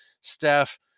staff